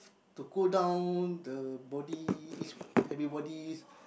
to cool down the body each everybody